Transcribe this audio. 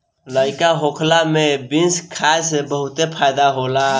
लइका होखला में बीन्स खाए से बहुते फायदा होला